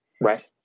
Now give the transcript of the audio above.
Right